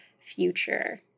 future